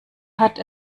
hat